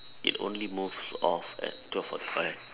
it only moves off at twelve forty five